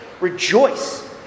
rejoice